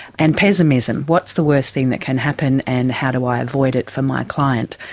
and pessimism what's the worst thing that can happen and how do i avoid it for my client?